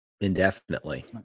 indefinitely